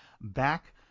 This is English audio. back